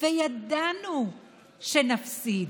וידענו שנפסיד.